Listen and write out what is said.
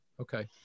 okay